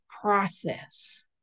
process